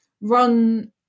run